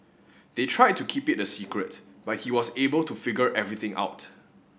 they tried to keep it a secret but he was able to figure everything out